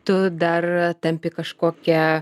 tu dar tampi kažkokia